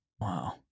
Wow